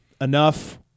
Enough